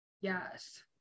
Yes